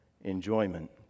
enjoyment